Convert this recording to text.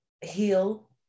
heal